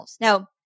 Now